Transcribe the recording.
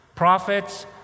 Prophets